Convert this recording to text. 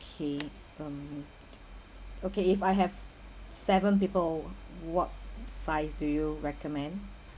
okay mm okay if I have seven people what size do you recommend